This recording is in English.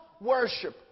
worship